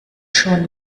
schon